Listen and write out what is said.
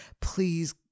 Please